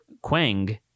Quang